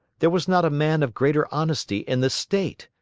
there was not a man of greater honesty in the state.